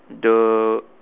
the